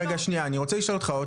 רגע, שנייה, אני רוצה לשאול אותך עוד